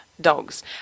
dogs